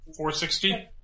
460